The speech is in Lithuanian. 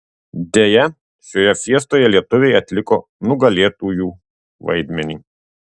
deja šioje fiestoje lietuviai atliko nugalėtųjų vaidmenį